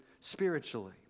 spiritually